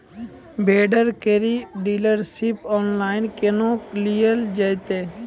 Vendor केर dealership online केहनो लियल जेतै?